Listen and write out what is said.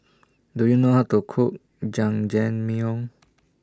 Do YOU know How to Cook Jajangmyeon